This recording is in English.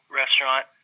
restaurant